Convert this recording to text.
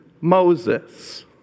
Moses